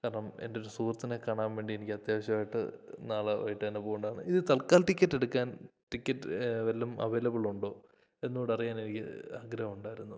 കാരണം എൻ്റെ ഒരു സുഹൃത്തിനെ കാണാൻ വേണ്ടി എനിക്ക് അത്യാവശ്യമായിട്ട് നാളെ വൈകിട്ടു തന്നെ പോകേണ്ടതാണ് ഇത് തൽക്കാൽ ടിക്കറ്റ് എടുക്കാൻ ടിക്കറ്റ് വല്ലതും അവെയ്ലബിൾ ഉണ്ടോ എന്നുകൂടെ അറിയാൻ എനിക്ക് ആഗ്രഹം ഉണ്ടായിരുന്നു